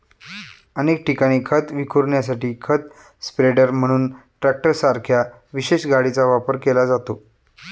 अनेक ठिकाणी खत विखुरण्यासाठी खत स्प्रेडर म्हणून ट्रॅक्टरसारख्या विशेष गाडीचा वापर केला जातो